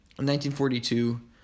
1942